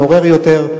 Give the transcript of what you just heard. מעורר יותר.